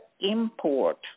import